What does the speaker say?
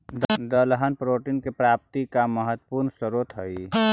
दलहन प्रोटीन की प्राप्ति का महत्वपूर्ण स्रोत हई